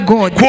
God